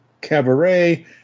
cabaret